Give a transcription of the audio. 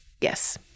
yes